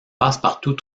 passepartout